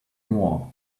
more